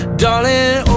darling